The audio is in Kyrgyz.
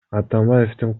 атамбаевдин